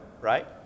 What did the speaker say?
right